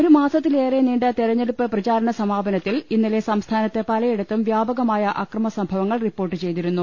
ഒരു മാസത്തിലേറെ നീണ്ട തെരഞ്ഞെടുപ്പ് പ്രചാര ണ സമാപനത്തിൽ കൊട്ടിക്കലാശം ഇന്നലെ സംസ്ഥാ നത്ത് പലയിടത്തും വ്യാപകമായ അക്രമ്പസംഭവങ്ങൾ റിപ്പോർട്ട് ചെയ്തിരുന്നു